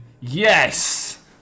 Yes